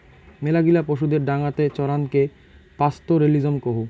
মেলাগিলা পশুদের ডাঙাতে চরানকে পাস্তোরেলিজম কুহ